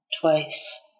twice